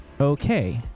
okay